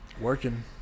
working